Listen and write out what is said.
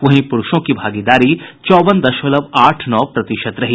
वहीं प्रूषों की भागीदारी चौवन दशमलव आठ नौ प्रतिशत रही